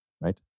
right